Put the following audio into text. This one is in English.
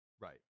Right